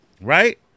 right